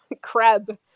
crab